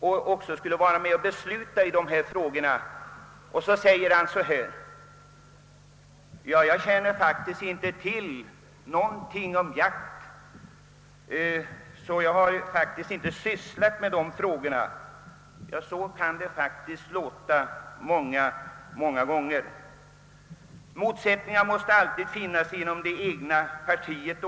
och även skulle vara med och besluta i dem, och han sade: »Jag känner faktiskt inte till någonting om jakt, så jag har inte sysslat med dessa spörsmål.» Så kan det verkligen låta många gånger. Motsättningar måste alltid finnas, också inom det egna partiet.